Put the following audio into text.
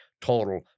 total